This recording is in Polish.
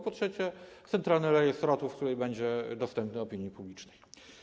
Po trzecie, Centralny Rejestr Lotów, który będzie dostępny dla opinii publicznej.